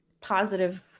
positive